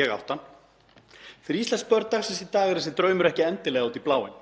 Ég átti hann. Fyrir íslensk börn dagsins í dag er þessi draumur ekki endilega út í bláinn,